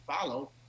follow